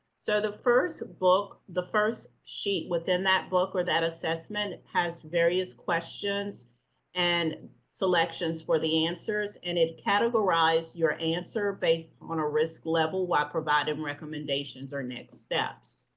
so the first book, the first sheet within that book or that assessment, has various questions and selections for the answers, and it categorize your answer based on a risk level while providing recommendations or next steps.